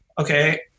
okay